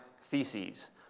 theses